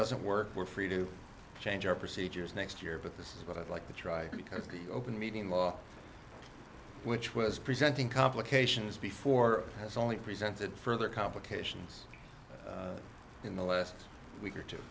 doesn't work we're free to change our procedures next year but this is what i'd like to try because the open meeting law which was presenting complications before has only presented further complications in the last week or two